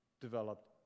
developed